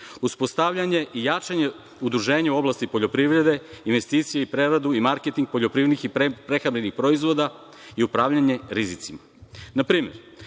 uspostavljanje i jačanje udruženja u oblasti poljoprivede, investicije, preradu i marketing poljoprivednih i prehrambenih proizvoda i upravljanje rizicima. Na primer,